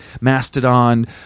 Mastodon